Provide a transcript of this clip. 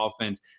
offense